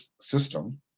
system